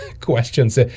questions